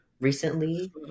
recently